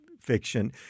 fiction